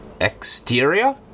exterior